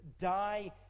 die